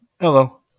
Hello